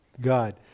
God